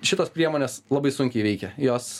šitos priemonės labai sunkiai veikia jos